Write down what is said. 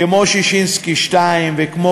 כמו ששינסקי 2, וכמו